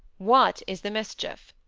what is the mischief?